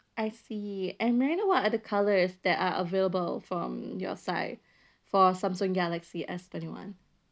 I see and may I know what are the colors that are available from your side for Samsung galaxy S twenty one